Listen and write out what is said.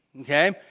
okay